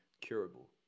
curable